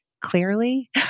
clearly